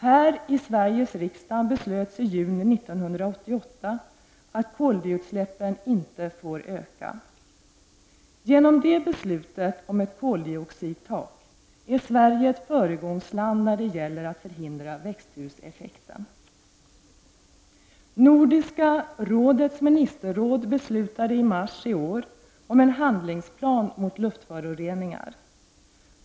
Här i Sveriges riksdag beslöts i juni 1988 att koldioxidutsläppen inte får öka. Genom det beslutet om ett koldioxidtak är Sverige ett föregångsland när det gäller att förhindra växthuseffekten. Nordiska rådets ministerråd beslutade i mars i år om en handlingsplan mot luftföroreningar.